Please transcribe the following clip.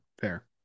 fair